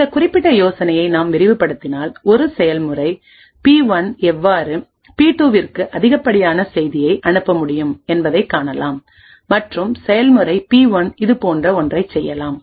இந்த குறிப்பிட்ட யோசனையை நாம் விரிவுபடுத்தினால் ஒரு செயல்முறை பி1 எவ்வாறு பி2விற்கு அதிகப்படியான செய்தியை அனுப்ப முடியும் என்பதைக் காணலாம் மற்றும் செயல்முறை பி1 இதுபோன்ற ஒன்றைச் செய்யலாம்